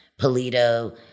Polito